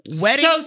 wedding